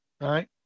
Right